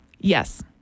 Yes